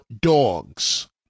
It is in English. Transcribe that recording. dogs